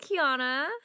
Kiana